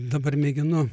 dabar mėginu